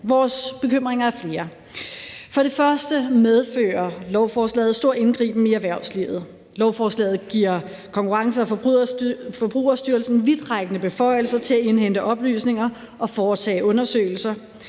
Vores bekymringer er flere. For det første medfører lovforslaget stor indgriben i erhvervslivet. Lovforslaget giver Konkurrence- og Forbrugerstyrelsen vidtrækkende beføjelser til at indhente oplysninger og foretage undersøgelser.